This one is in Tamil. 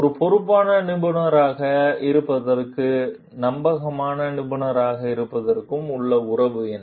ஒரு பொறுப்பான நிபுணராக இருப்பதற்கும் நம்பகமான நிபுணராக இருப்பதற்கும் உள்ள உறவு என்ன